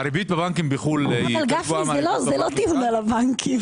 אבל גפני, זה לא דיון על הבנקים.